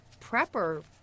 prepper